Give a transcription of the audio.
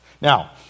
Now